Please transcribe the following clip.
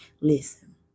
Listen